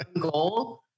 goal